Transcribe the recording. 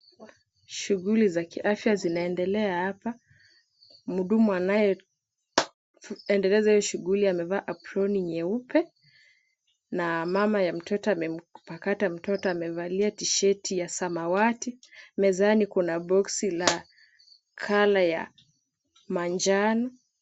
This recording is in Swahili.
Shughuli za kiafya zinaendelea hapa. Mhudumu anayeendeleza hiyo shughuli amevaa aproni nyeupe na mama ya mtoto amempakata mtoto amevalia tsheti ya samawati. Mezani kuna boksi la color ya manjano.